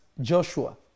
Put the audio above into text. Joshua